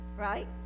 Right